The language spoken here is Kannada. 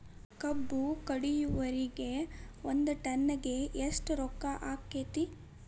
ಕಬ್ಬು ಕಡಿಯುವರಿಗೆ ಒಂದ್ ಟನ್ ಗೆ ಎಷ್ಟ್ ರೊಕ್ಕ ಆಕ್ಕೆತಿ?